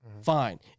fine